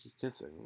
kissing